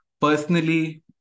Personally